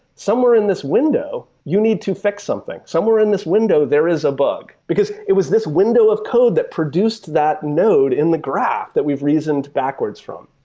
somewhere in this window, you need to fix something. somewhere in this window, there is a bug. because it was this window of code that produced that node in the graph that we've reasoned backwards from.